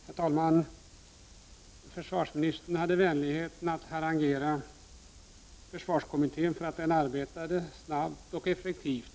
Herr talman! Försvarsministern hade vänligheten att harangera försvarskommittén för att den arbetat snabbt och effektivt.